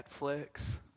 Netflix